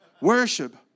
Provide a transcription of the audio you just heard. Worship